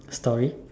story